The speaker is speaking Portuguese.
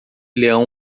leão